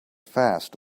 fast